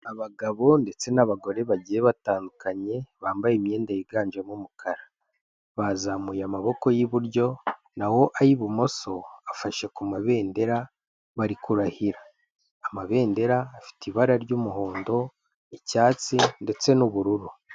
Abagabo ndetse n'abagore bagiye batandukanye bambaye imyenda yiganjemo umukara, bazamuye amaboko y'iburyo naho ay'ibumoso afashe ku mabendera bari kurahira amabendera afite ibara ry'umuhondo, icyatsi ndetse n'ubururu.